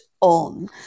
on